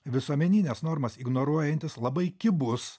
visuomenines normas ignoruojantis labai kibus